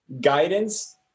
guidance